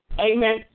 amen